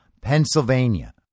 Pennsylvania